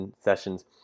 sessions